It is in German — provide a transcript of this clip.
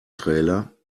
trailer